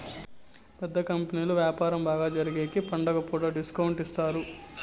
పెద్ద కంపెనీలు వ్యాపారం బాగా జరిగేగికి పండుగ పూట డిస్కౌంట్ ఇత్తారు